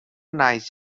naix